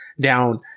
down